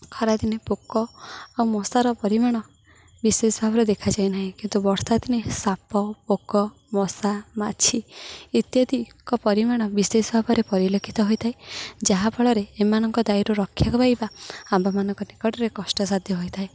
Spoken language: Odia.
ଖରାଦିନେ ପୋକ ଆଉ ମଶାର ପରିମାଣ ବିଶେଷ ଭାବରେ ଦେଖାଯାଏ ନାହିଁ କିନ୍ତୁ ବର୍ଷା ଦିନେ ସାପ ପୋକ ମଶା ମାଛି ଇତ୍ୟାଦିିଙ୍କ ପରିମାଣ ବିଶେଷ ଭାବରେ ପରିଲକ୍ଷିତ ହୋଇଥାଏ ଯାହା ଫଳରେ ଏମାନଙ୍କ ଦାଉରୁ ରକ୍ଷା ପାଇବା ଆମ୍ବାମାନଙ୍କ ନିକଟରେ କଷ୍ଟସାଧ୍ୟ ହୋଇଥାଏ